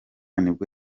nibwo